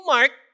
Mark